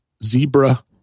zebra